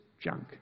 Junk